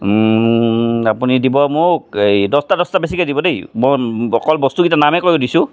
আপুনি দিব মোক এই দছটা দছটা বেছিকৈ দিব দেই অকল বস্তুকেইটাৰ নামেহে কৈ দিছোঁ